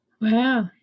wow